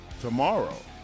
tomorrow